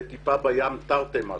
זה טיפה בים תרתי משמע.